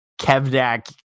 Kevdak